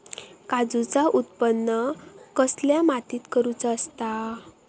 काजूचा उत्त्पन कसल्या मातीत करुचा असता?